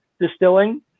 distilling